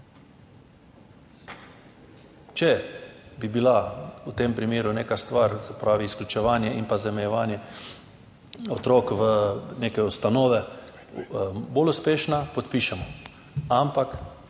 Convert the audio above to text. Če bi bila v tem primeru neka stvar, se pravi izključevanje in zamejevanje otrok v neke ustanove, bolj uspešna, podpišemo. Ampak